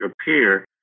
appear